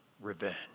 revenge